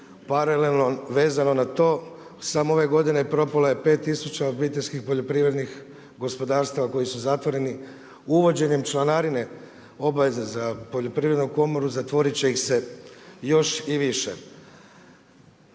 paralelno vezano na to, samo ove godine propalo je 5000 obiteljskih poljoprivrednih gospodarstava koji su zatvoreni. Uvođenjem članarine, obaveza za poljoprivrednu komoru, zatvoriti će se još i više.